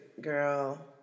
Girl